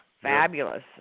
fabulous